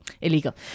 illegal